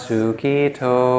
Sukito